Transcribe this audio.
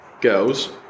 girls